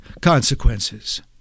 consequences